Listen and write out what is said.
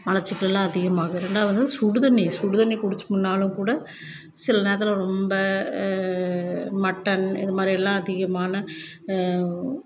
மலச்சிக்கல்லாம் அதிகமாகிறது ரெண்டாவது வந்து சுடுதண்ணி சுடுதண்ணி குடித்தோம்னாலும் கூட சில நேரத்தில் ரொம்ப மட்டன் இதுமாதிரிலாம் அதிகமான